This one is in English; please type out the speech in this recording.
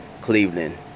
Cleveland